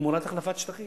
תמורת החלפת שטחים.